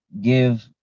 give